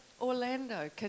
Orlando